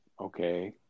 okay